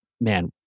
man